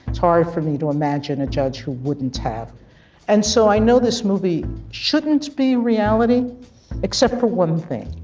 it's hard for me to imagine a judge who wouldn't have and so i know this movie shouldn't be reality except for one thing.